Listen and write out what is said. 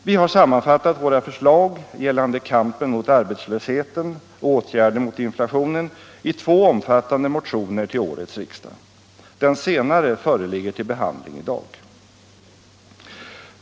Vi har sammanfattat våra förslag, vilka gäller kampen mot arbetslösheten och åtgärder mot inflationen, i två omfattande motioner till årets riksmöte. Den senare föreligger till behandling i dag.